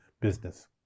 business